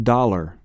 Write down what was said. Dollar